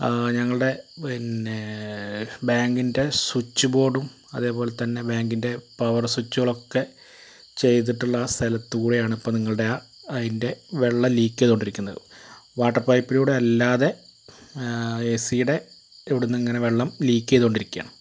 ഞങ്ങളുടെ പിന്നേ ബാങ്കിൻ്റെ സ്വിച്ച് ബോഡും അതെപോലെ തന്നെ ബാങ്കിൻ്റെ പവർ സ്വിച്ചുകളൊക്കെ ചെയ്തിട്ടുള്ള സ്ഥലത്ത് കൂടെയാണ് ഇപ്പം നിങ്ങളുടെ അതിൻ്റെ വെള്ളം ലീക്ക് ചെയ്തുകൊണ്ടിരിക്കുന്നത് വാട്ടർ പൈപ്പിലൂടെയല്ലാതെ ഏസീയുടെ ഇവിടുന്ന് ഇങ്ങനെ വെള്ളം ലീക്ക് ചെയ്തുകൊണ്ടിരിക്കുകയാണ്